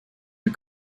are